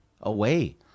away